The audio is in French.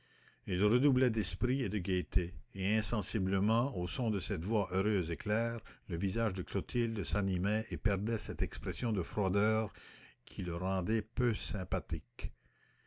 il redoublait d'esprit et de gaîté et insensiblement au son de cette voix heureuse et claire le visage de clotilde s'animait et perdait cette expression de froideur qui le rendait peu sympathique